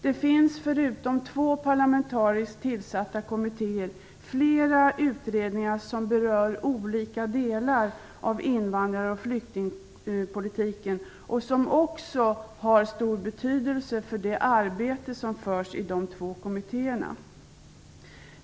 Det finns förutom två parlamentariskt tillsatta kommittéer flera utredningar som berör olika delar av invandrar och flyktingpolitiken och som också har stor betydelse för det arbete som bedrivs i de två kommittéerna.